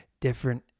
different